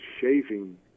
shaving